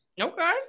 Okay